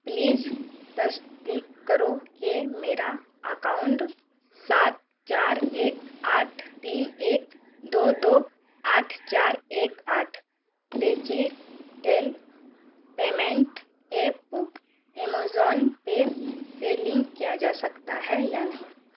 please تصدیق کرو کہ میرا اکاؤنٹ سات چار ایک آٹھ تین ایک دو دو آٹھ چار ایک آٹھ digital payment app Amazon Pay سے لنک کیا جا سکتا ہے یا نہیں